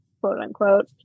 quote-unquote